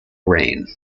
rain